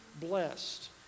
blessed